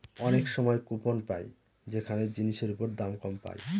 অনেক সময় কুপন পাই যেখানে জিনিসের ওপর দাম কম পায়